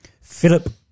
Philip